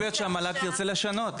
אבל יכול להיות שהמל"ג תרצה לשנות,